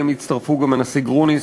שאליהם הצטרפו גם הנשיא גרוניס,